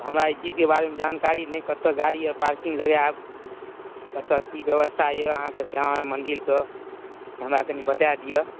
हमरा एहि चीजके बारेमे जानकारी नहि कतय गाड़ी पार्किंग लगायब कतय की व्यवस्था यए अहाँके श्यामा माइ मन्दिरके से हमरा कनि बताए दिअ